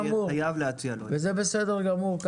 וזה בסדר גמור.